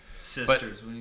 Sisters